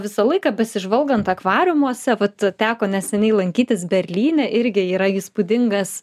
visą laiką besižvalgant akvariumuose vat teko neseniai lankytis berlyne irgi yra įspūdingas